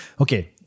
Okay